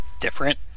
different